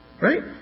Right